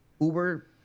Uber